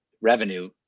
revenue